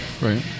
Right